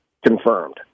confirmed